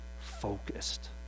focused